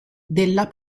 della